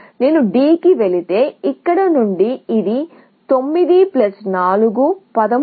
నేను D కి వెళితే ఇక్కడ నుండి ఇది 9 4 13